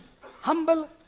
humble